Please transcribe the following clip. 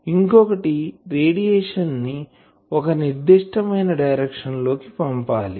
ఇంకొకటి రేడియేషన్ ని ఒక నిర్దిష్టమైన డైరెక్షన్ లో కి పంపాలి